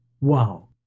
Wow